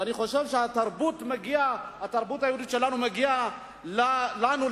ואני חושב שהתרבות שלנו מגיעה לנו,